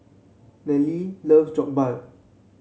Nallely loves Jokbal